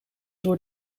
door